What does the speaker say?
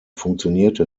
funktionierte